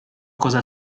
cosa